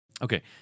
Okay